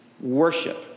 worship